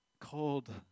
cold